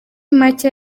make